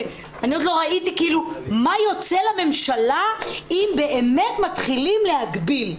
אני עוד לא ראיתי מה יוצא לממשלה אם באמת מתחילים להגביל.